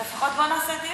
אז לפחות בוא נעשה דיון.